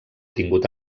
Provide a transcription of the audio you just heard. tingut